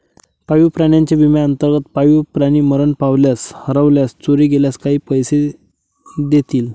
पाळीव प्राण्यांच्या विम्याअंतर्गत, पाळीव प्राणी मरण पावल्यास, हरवल्यास, चोरी गेल्यास काही पैसे देतील